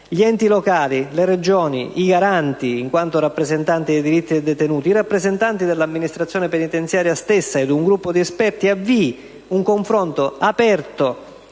gli enti locali, le Regioni, i Garanti, in quanto rappresentanti dei diritti dei detenuti, i rappresentanti dell'amministrazione penitenziaria stessa ed un gruppo di esperti; avvii un confronto aperto,